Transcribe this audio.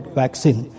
vaccine